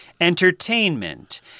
Entertainment